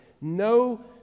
no